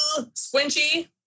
squinchy